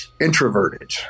introverted